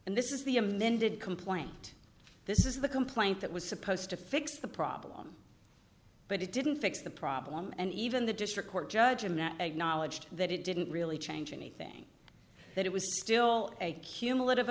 and this is the amended complaint this is the complaint that was supposed to fix the problem but it didn't fix the problem and even the district court judge and now acknowledged that it didn't really change anything that it was still a cumulative